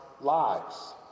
lives